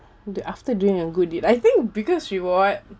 do after doing good deed I think biggest reward